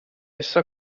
essa